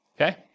okay